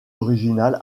originale